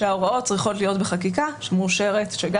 שההוראות צריכות להיות בחקיקה מאושרת שגם